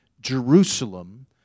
Jerusalem